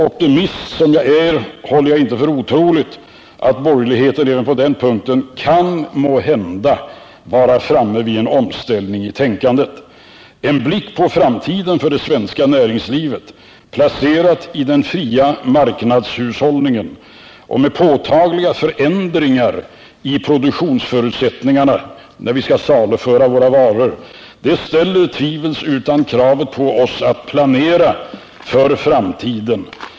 Optimist som jag är håller jag inte för otroligt att borgerligheten även på den punkten måhända kan vara framme vid en omställning i tänkandet. En blick på framtiden för det svenska näringslivet, placerat i den fria marknadshushållningen och med påtagliga förändringar i produktionsförutsättningarna när vi skall saluföra våra varor, ställer tvivelsutan kravet på oss att planera.